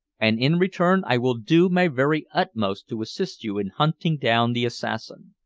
and in return i will do my very utmost to assist you in hunting down the assassin.